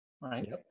right